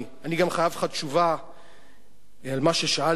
אני גם חייב לך תשובה על מה ששאלת.